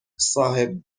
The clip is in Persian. صاحب